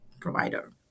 provider